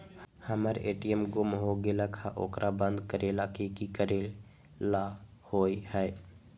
हमर ए.टी.एम गुम हो गेलक ह ओकरा बंद करेला कि कि करेला होई है?